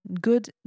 good